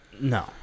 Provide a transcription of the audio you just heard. No